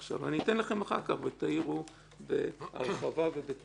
אתן לכם אחר כך ותעירו בהרחבה ובטוב טעם.